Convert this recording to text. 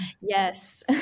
Yes